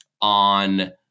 on